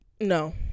No